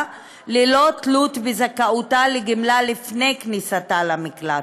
ללא תלות בזכאותה לגמלה לפני כניסתה למקלט.